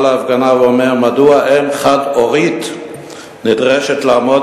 בא להפגנה ואומר: מדוע אם חד-הורית נדרשת לעמוד